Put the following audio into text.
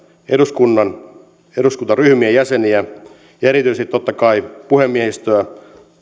eduskunnan eduskuntaryhmien jäseniä ja erityisesti totta kai puhemiehistöä